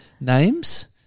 Names